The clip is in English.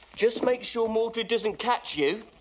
just make sure mordred doesn't catch you.